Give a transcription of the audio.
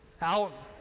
out